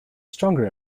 stronger